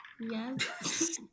Yes